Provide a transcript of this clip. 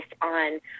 on